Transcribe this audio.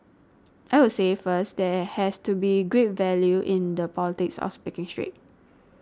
i would say first there has to be great value in the politics of speaking straight